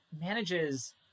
manages